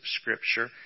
scripture